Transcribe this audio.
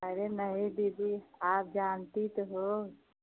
अरे नहीं दीदी आप जानती तो हो